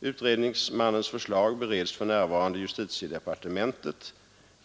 Utredningsmannens förslag bereds för närvarande i justitiedepartementet.